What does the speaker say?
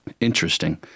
Interesting